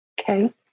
Okay